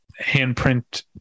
handprint